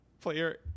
player